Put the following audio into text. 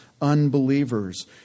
unbelievers